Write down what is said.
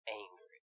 angry